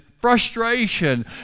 frustration